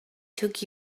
took